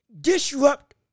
disrupt